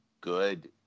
good